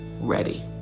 ready